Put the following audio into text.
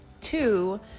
two